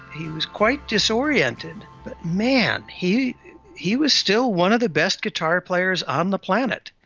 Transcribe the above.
he was quite disoriented. but man, he he was still one of the best guitar players on the planet.